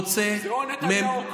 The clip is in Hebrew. זה או נתניהו או כלום?